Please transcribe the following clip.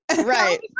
Right